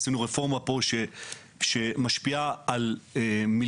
עשינו פה רפורמה שמשפיעה על מיליוני